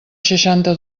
seixanta